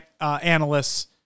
analysts